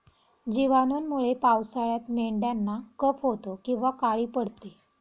जिवाणूंमुळे पावसाळ्यात मेंढ्यांना कफ होतो किंवा काळी पडते